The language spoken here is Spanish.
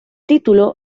título